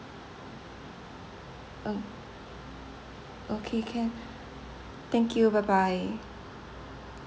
ok~ okay can thank you bye bye